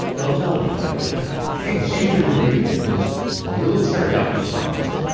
don't tell anybody, ok? the secret ingredient is a little teriyaki sauce,